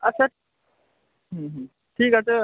আচ্ছা হুম হুম ঠিক আছে